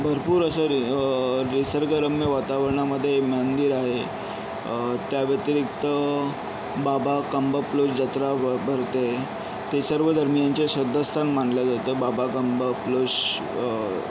भरपूर असे निसर्गरम्य वातावरणामध्ये मंदिर आहे त्याव्यतिरिक्त बाबा कंबप्लोश जत्रा व भरते ते सर्वधर्मियांचे श्रद्धास्थान मानले जाते बाबा कंबप्लोश अं